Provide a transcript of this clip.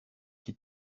qui